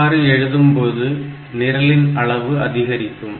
அவ்வாறு எழுதும்பொழுது நிரலின் அளவு அதிகரிக்கும்